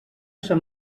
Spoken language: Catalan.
sant